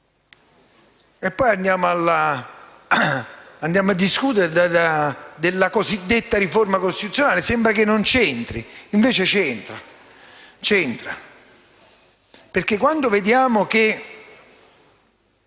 e poi andiamo a discutere della cosiddetta riforma costituzionale. Sembra che non c'entri e invece c'entra. C'entra quando vediamo, che